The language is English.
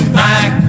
back